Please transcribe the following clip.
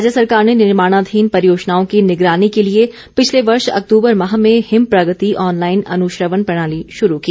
राज्य सरकार ने निर्माणाधीन परियोजनाओं की निगरानी के लिए पिछले वर्ष अक्तूबर माह में हिम प्रगति आनलाईन अनुश्रवण प्रणाली शुरू की